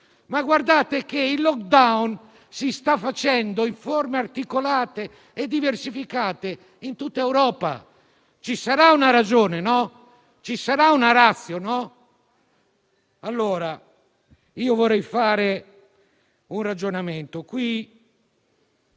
Guardate però che il *lockdown* si sta facendo, in forme articolate e diversificate, in tutta Europa. Ci sarà una ragione? Ci sarà una *ratio*? Vorrei fare un ragionamento.